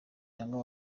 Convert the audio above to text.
cyangwa